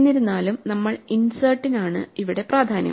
എന്നിരുന്നാലും നമ്മൾ ഇൻസെർട്ടിനാണ് ഇവിടെ പ്രാധാന്യം